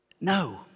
No